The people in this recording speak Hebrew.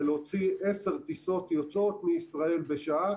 ולהוציא עשר טיסות יוצאות מישראל בשעה.